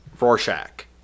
Rorschach